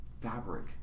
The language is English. fabric